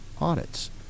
audits